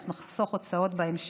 אנחנו נחסוך הוצאות בהמשך,